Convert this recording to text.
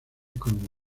como